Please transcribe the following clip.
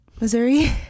Missouri